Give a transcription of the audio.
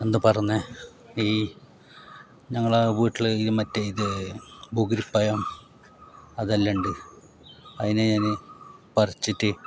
എന്താണ് പറന്നത് ഈ ഞങ്ങളെ വീട്ടിൽ ഈ മറ്റേ ഇത് ബുഗിരിപ്പയം അതെല്ലാം ഉണ്ട് അതിനെ ഞാൻ പറച്ചിട്ട്